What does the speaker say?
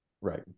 Right